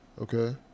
Okay